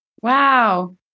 Wow